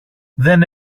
δεν